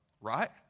Right